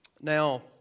Now